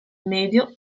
medio